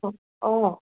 অঁ অঁ